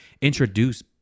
introduce